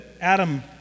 Adam